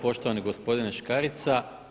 Poštovani gospodine Škarica.